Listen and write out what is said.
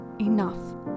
enough